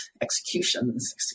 executions